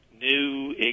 new